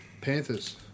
Panthers